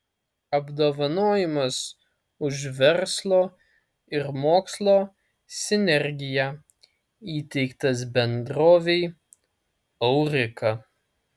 apdovanojimas už verslo ir mokslo sinergiją įteiktas bendrovei aurika